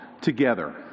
together